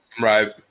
Right